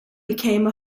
became